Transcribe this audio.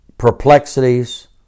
Perplexities